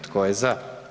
Tko je za?